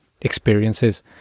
experiences